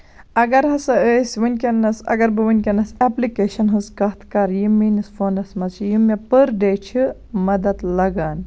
اَگر ہسا أسۍ ونکیٚنس اَگر بہٕ ؤنکیٚنس ایٚپلِکیشن ہنٛز کَتھ کرٕ یِم میٲنِس فونَس منٛز چھِ یِم مےٚ پٔر ڈے چھِ مَدد لگان